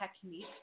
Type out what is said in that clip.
technique